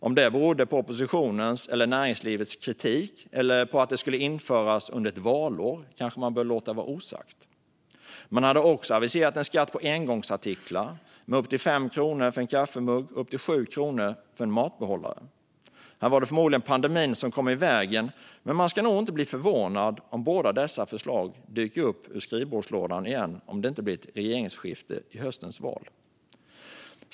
Om detta beror på oppositionens och näringslivets kritik eller på att skatten skulle införas under ett valår kanske man bör låta vara osagt. Regeringen hade också aviserat en skatt på engångsartiklar med upp till 5 kronor för en kaffemugg och upp till 7 kronor för en matbehållare. Här var det förmodligen pandemin som kom i vägen, men man ska nog inte bli förvånad om båda dessa förslag dyker upp ur skrivbordslådan igen om det inte blir ett regeringsskifte i höstens val.